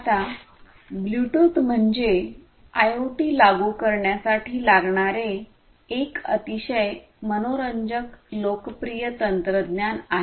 आता ब्लूटूथ म्हणजे आयओटी लागू करण्यासाठी लागणारे एक अतिशय मनोरंजक लोकप्रिय तंत्रज्ञान आहे